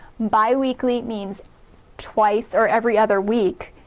bi-weekly means twice or every other week,